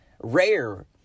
rare